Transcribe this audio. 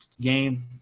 game